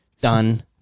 done